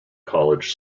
college